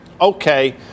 Okay